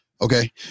okay